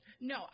No